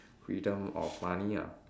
freedom of money ah